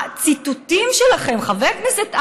הציטוטים שלכם, חבר הכנסת אייכלר,